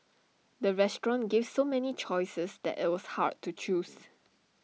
the restaurant gave so many choices that IT was hard to choose